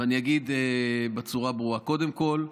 ואני אגיד בצורה ברורה: קודם כול,